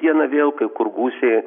dieną vėl kai kur gūsiai